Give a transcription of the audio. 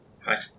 Hi